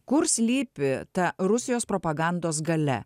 kur slypi ta rusijos propagandos galia